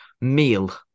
meal